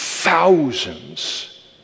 Thousands